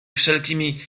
wszelkimi